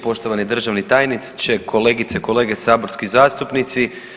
Poštovani državni tajniče, kolegice i kolege saborski zastupnici.